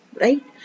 right